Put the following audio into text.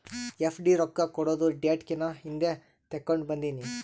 FD ರೊಕ್ಕಾ ಕೊಡದು date ಕಿನಾ ಹಿಂದೆ ತೇಕೊಂಡ್ ಬಂದಿನಿ